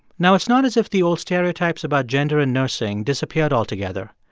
now, it's not as if the old stereotypes about gender and nursing disappeared altogether.